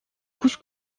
kuş